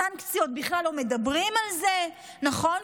סנקציות, בכלל לא מדברים על זה, נכון?